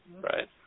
Right